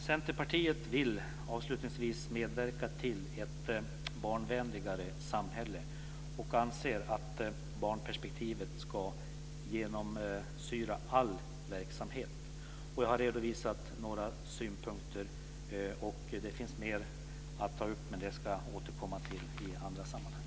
Centerpartiet vill medverka till ett barnvänligare samhälle och anser att barnperspektivet ska genomsyra all verksamhet. Jag har redovisat några synpunkter. Det finns mer att ta upp, men det ska jag återkomma till i andra sammanhang.